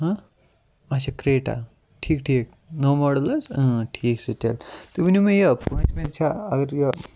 اچھا کریٹا ٹھیٖک ٹھیٖک نٔو ماڈِل حٕظ اۭں ٹھیٖکھ چھُ تیٚلہِ تُہۍ ؤنِو مےٚ یہِ پوٗنٛژمہِ چھا یہِ اَگَر یہِ